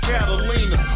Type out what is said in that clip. Catalina